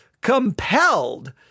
compelled